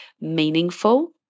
meaningful